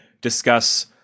discuss